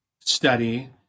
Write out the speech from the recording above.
study